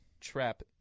trap